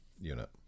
unit